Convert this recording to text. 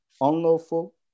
unlawful